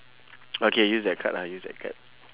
okay use that card lah use that card